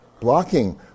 blocking